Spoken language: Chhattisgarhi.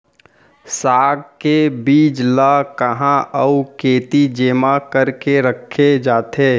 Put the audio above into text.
साग के बीज ला कहाँ अऊ केती जेमा करके रखे जाथे?